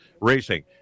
racing